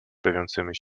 bawiącymi